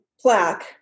plaque